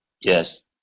Yes